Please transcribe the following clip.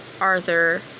Arthur